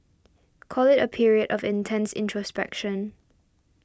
call it a period of intense introspection